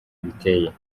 biteye